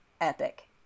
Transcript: epic